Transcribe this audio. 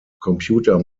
computer